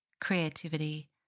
creativity